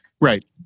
Right